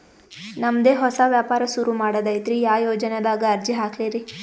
ನಮ್ ದೆ ಹೊಸಾ ವ್ಯಾಪಾರ ಸುರು ಮಾಡದೈತ್ರಿ, ಯಾ ಯೊಜನಾದಾಗ ಅರ್ಜಿ ಹಾಕ್ಲಿ ರಿ?